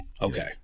Okay